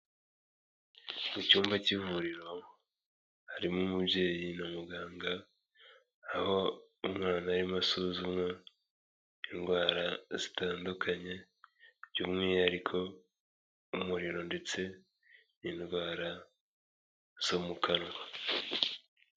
Mu cyumba cy'ivuriro, harimo umubyeyi na muganga, aho umwana arimo asuzumwa indwara zitandukanye, by'umwihariko umuriro, ndetse n'indwara zo mu kanwa.